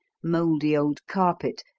mouldy old carpet,